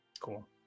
Cool